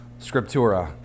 scriptura